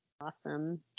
Awesome